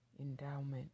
endowment